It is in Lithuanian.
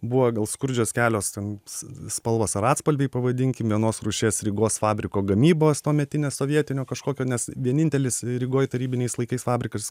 buvo gal skurdžios kelios ten spalvos ar atspalviai pavadinkim vienos rūšies rygos fabriko gamybos tuometinės sovietinio kažkokio nes vienintelis rygoj tarybiniais laikais fabrikas